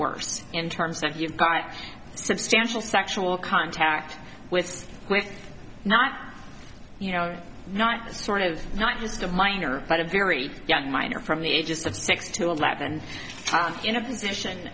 worse in terms that you've got substantial sexual contact with not you know not sort of not just a minor but a very young minor from the ages of six to eleven twelve in a position